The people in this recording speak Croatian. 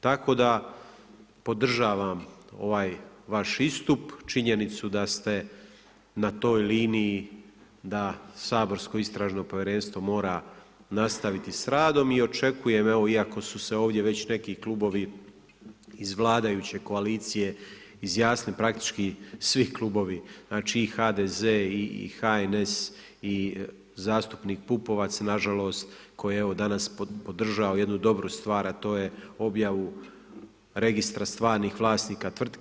Tako da podržavam ovaj vaš istup, činjenicu da ste na toj liniji da saborsko istražno povjerenstvo mora nastaviti s radom i očekujem evo, iako su se ovdje već neki klubovi iz vladajuće koalicije izjasnili praktički svi klubovi, znači i HDZ i HNS i zastupnik Pupovac nažalost, koji je evo danas podržao jednu dobru stvar, a to je objavu registra stvarnih vlasnika tvrtki.